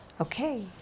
Okay